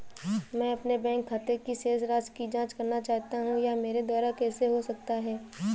मैं अपने बैंक खाते की शेष राशि की जाँच करना चाहता हूँ यह मेरे द्वारा कैसे हो सकता है?